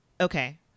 okay